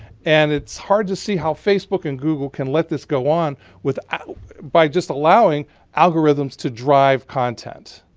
and it's hard to see how facebook and google can let this go on without by just allowing algorithms to drive content.